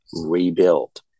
rebuild